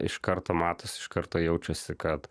iš karto matosi iš karto jaučiasi kad